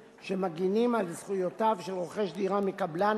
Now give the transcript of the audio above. שמגינים על זכויותיו של רוכש דירה מקבלן,